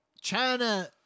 China